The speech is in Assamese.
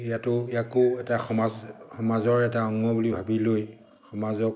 ইয়াতো ইয়াকো এটা সমাজ সমাজৰ এটা অংগ বুলি ভাবি লৈ সমাজক